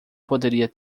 poderia